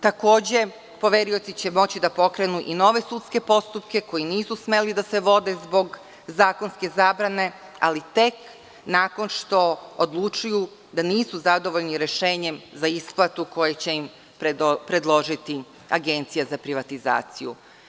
Takođe, poverioci će moći da pokrenu i nove sudske postupke koji nisu smeli da se vode zbog zakonske zabrane, ali tek nakon što odluče da nisu zadovoljni rešenjem za isplatu, a koju će im predložiti Agencija za privatizaciju.